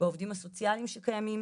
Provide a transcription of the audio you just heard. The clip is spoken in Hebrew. בעובדים הסוציאליים שקיימים,